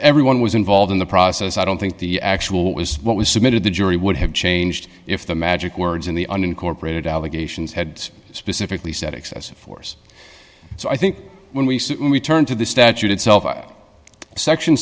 everyone was involved in the process i don't think the actual what was what was submitted the jury would have changed if the magic words in the unincorporated allegations had specifically said excessive force so i think when we return to the statute itself section